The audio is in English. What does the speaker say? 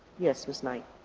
yes, ms. knight.